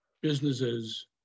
businesses